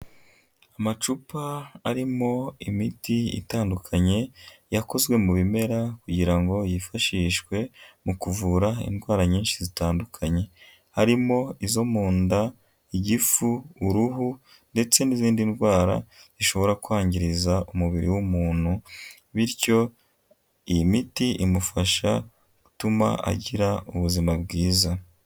Amacupa arimo imiti itandukanye yakozwe mu bimera kugira ngo yifashishwe mu kuvura indwara nyinshi zitandukanye. Harimo izo mu nda, igifu, uruhu ndetse n'izindi ndwara zishobora kwangiza umubiri w'umuntu bityo iyi miti imufasha gutuma agira ubuzima bwiza.